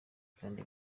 kandi